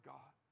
God